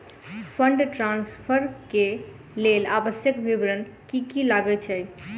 Fund transfer केँ लेल आवश्यक विवरण की की लागै छै?